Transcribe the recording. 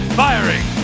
firing